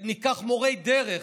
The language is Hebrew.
ניקח מורי דרך,